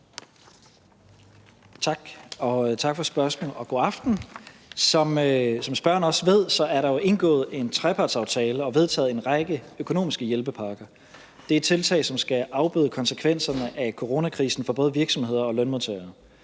Tak for spørgsmålet, og godaften. Som spørgeren også ved, er der indgået en trepartsaftale og vedtaget en række økonomiske hjælpepakker. Det er tiltag, som skal afbøde konsekvenserne af coronakrisen for både virksomheder og lønmodtagere.